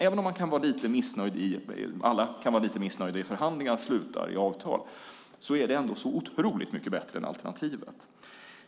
Även om alla kan vara lite missnöjda med hur förhandlingarna slutar är det ändå så otroligt mycket bättre än alternativet.